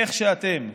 איך שאתם,